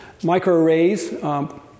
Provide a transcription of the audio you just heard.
microarrays